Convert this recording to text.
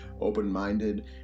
open-minded